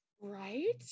Right